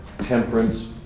temperance